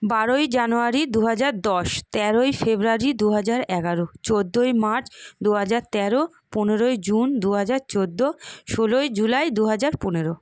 বারোই জানুয়ারি দু হাজার দশ তেরোই ফেব্রুয়ারি দু হাজার এগারো চোদ্দোই মার্চ দু হাজার তেরো পনেরোই জুন দু হাজার চোদ্দো ষোলোই জুলাই দু হাজার পনেরো